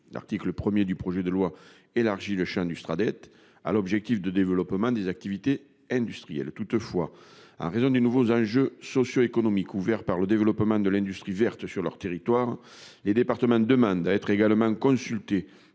L'article 1 du projet de loi élargit le champ du Sraddet à l'objectif de développement des activités industrielles. En raison des nouveaux enjeux socio-économiques qu'emporte le développement de l'industrie verte sur leur territoire, les départements demandent à être également consultés